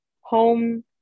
home